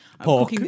Pork